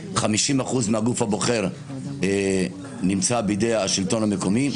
50% מהגוף הבוחר נמצא בידי השלטון המקומי,